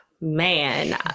man